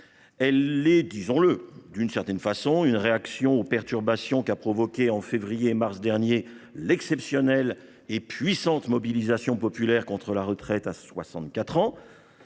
façon- disons-le !-, une réaction aux perturbations qu'a provoquées en février et mars derniers l'exceptionnelle et puissante mobilisation populaire contre la retraite à 64 ans.